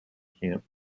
camp